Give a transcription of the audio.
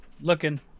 Looking